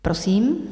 Prosím.